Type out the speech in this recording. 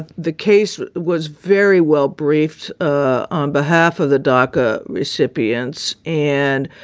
ah the case was very well-briefed ah on behalf of the dark ah recipients. and,